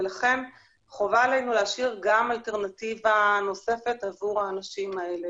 לכן חובה עלינו להשאיר אלטרנטיבה נוספת עבור האנשים האלה,